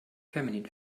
feminin